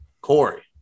Corey